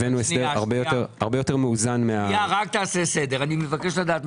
הבאנו הרבה יותר מאוזן- -- משרד המשפטים,